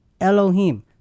elohim